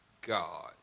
God